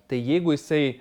tai jeigu jisai